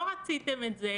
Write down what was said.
לא רציתם את זה